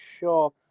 sure